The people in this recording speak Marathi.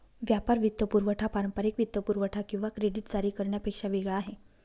व्यापार वित्तपुरवठा पारंपारिक वित्तपुरवठा किंवा क्रेडिट जारी करण्यापेक्षा वेगळा आहे